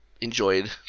enjoyed